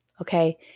okay